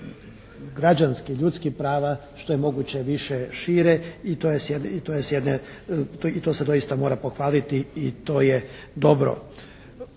građanskih, ljudskih prava što je moguće više šire i to se doista mora pohvaliti i to je dobro.